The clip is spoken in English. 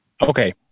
Okay